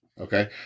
Okay